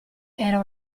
era